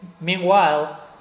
Meanwhile